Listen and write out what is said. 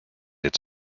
its